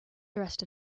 dressed